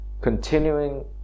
continuing